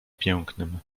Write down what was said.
pięknym